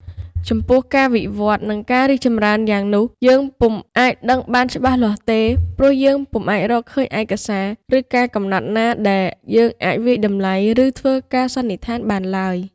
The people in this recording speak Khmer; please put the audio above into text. ចំពោះការវិវឌ្ឍន៍ និងការរីកចម្រើនយ៉ាងណានោះ យើងពុំអាចដឹងបានច្បាស់លាស់ទេ ព្រោះយើងពុំអាចរកឃើញឯកសារ ឬការកំណត់ណាដែល យើងអាចវាយតំលៃ ឬ ធ្វើការសន្និដ្ឋាន បានឡើយ ។